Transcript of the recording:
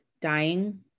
dying